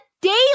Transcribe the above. daily